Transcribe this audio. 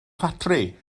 ffatri